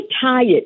tired